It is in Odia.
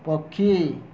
ପକ୍ଷୀ